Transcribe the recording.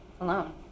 alone